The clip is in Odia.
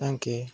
ତାଙ୍କୁ